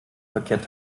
verkehrt